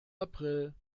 april